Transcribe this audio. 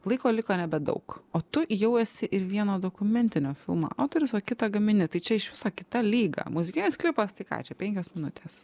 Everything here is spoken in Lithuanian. laiko liko nebedaug o tu jau esi ir vieno dokumentinio filmo autorius o kitą gamini tai čia iš viso kita lyga muzikinis klipas tai ką čia penkios minutės